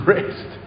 Rest